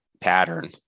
pattern